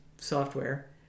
software